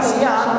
אזור תעשייה,